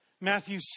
Matthew